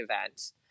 event